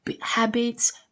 habits